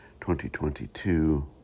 2022